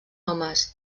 homes